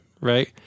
Right